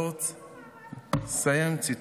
סיים ציטוט.